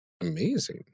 amazing